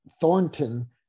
Thornton